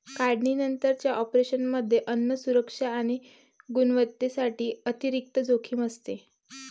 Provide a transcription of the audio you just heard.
काढणीनंतरच्या ऑपरेशनमध्ये अन्न सुरक्षा आणि गुणवत्तेसाठी अतिरिक्त जोखीम असते